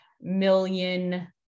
million